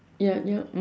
ya ya mm